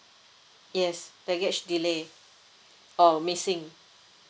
yes baggage delay or missing